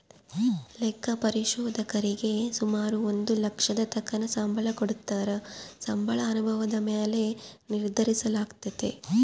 ಲೆಕ್ಕ ಪರಿಶೋಧಕರೀಗೆ ಸುಮಾರು ಒಂದು ಲಕ್ಷದತಕನ ಸಂಬಳ ಕೊಡತ್ತಾರ, ಸಂಬಳ ಅನುಭವುದ ಮ್ಯಾಲೆ ನಿರ್ಧರಿಸಲಾಗ್ತತೆ